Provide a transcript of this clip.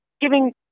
giving